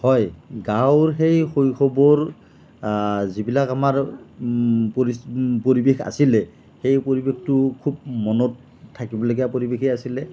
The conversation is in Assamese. হয় গাঁৱৰ সেই শৈশৱৰ যিবিলাক আমাৰ পৰিৱেশ আছিলে সেই পৰিৱেশটো খুব মনত থাকিবলগীয়া পৰিৱেশই আছিলে